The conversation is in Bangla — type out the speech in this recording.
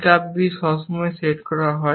পিকআপ বি সবসময় সেট করা হয়